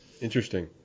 Interesting